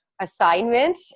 assignment